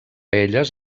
elles